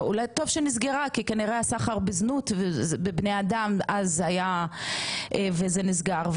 אולי טוב שהיא נסגרה כי כנראה הסחר בזנות ובבני אדם אז היה וזה נסגר.